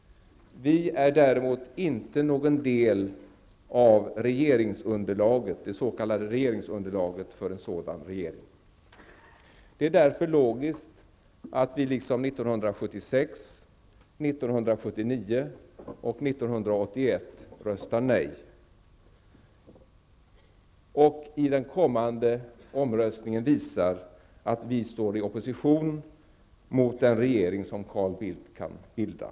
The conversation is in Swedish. Vi är däremot inte någon del av det s.k. regeringsunderlaget för en sådan regering. Det är därför logiskt att vi i den kommande omröstningen liksom 1976, 1979 och 1981 röstar nej och därmed visar att vi står i opposition till den regering som Carl Bildt kan bilda.